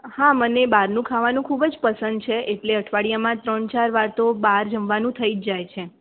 હા મને બહારનું ખાવાનું ખૂબ જ પસંદ છે એટલે અઠવાડિયામાં ત્રણ ચાર વાર તો બહાર જમવાનું થઈ જ જાય છે